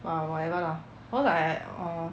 !wah! whatever lah cause like I uh